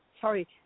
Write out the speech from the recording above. Sorry